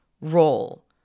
role